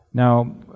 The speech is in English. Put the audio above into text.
Now